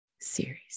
Series